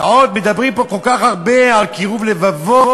ועוד מדברים פה כל כך הרבה על קירוב לבבות,